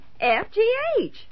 F-G-H